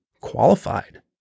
qualified